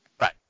Right